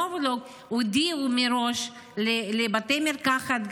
נובולוג הודיעה מראש לבתי המרקחת,